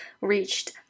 reached